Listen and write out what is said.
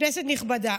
כנסת נכבדה,